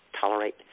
tolerate